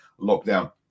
lockdown